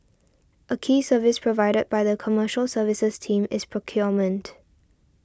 a key service provided by the Commercial Services team is procurement